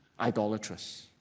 idolatrous